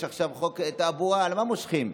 יש עכשיו חוק תעבורה, למה מושכים?